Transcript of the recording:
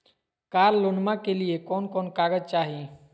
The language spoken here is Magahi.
कार लोनमा के लिय कौन कौन कागज चाही?